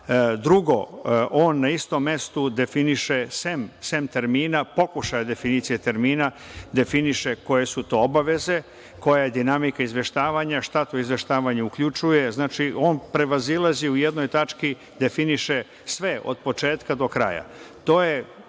Drugo, on na istom mestu definiše, sem termina, pokušaja definicije termina, definiše koje su to obaveze, koja je dinamika izveštavanja, šta tu izveštavanje uključuje, znači, on prevazilazi, u jednoj tački definiše sve, od početka od kraja.